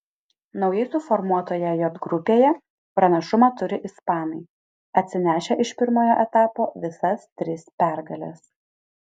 naujai suformuotoje j grupėje pranašumą turi ispanai atsinešę iš pirmojo etapo visas tris pergales